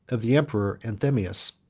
of the emperor anthemius.